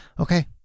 Okay